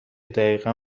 دقیقا